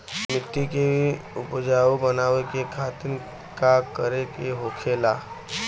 मिट्टी की उपजाऊ बनाने के खातिर का करके होखेला?